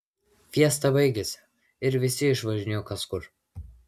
fiesta baigėsi ir visi išvažinėjo kas kur